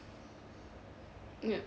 ya